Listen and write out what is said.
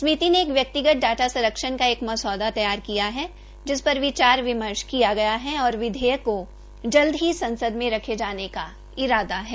समिति ने एक व्यक्तिगत डाटा संरक्षण का एक मसौदा तैयार किया है जिस पर विचार विमर्श किया गया है और विधेयक को जल्द ही संसद में रखे जाने का इरादा है